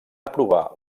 aprovar